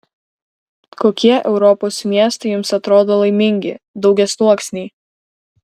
kokie europos miestai jums atrodo laimingi daugiasluoksniai